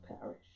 parish